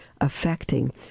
affecting